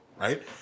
right